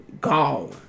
gone